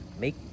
Make